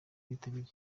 bitabiriye